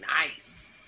nice